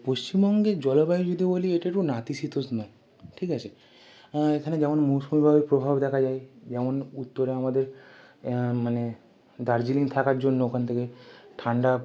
পশ্চিমবঙ্গের জলবায়ু যদি বলি এটা একটু নাতিশীতোষ্ণ ঠিক আছে হ্যাঁ এখানে যেমন মৌসুমি বায়ুর প্রভাব দেখা যায় যেমন উত্তরে আমাদের মানে দার্জিলিং থাকার জন্য ওখান থেকে ঠান্ডা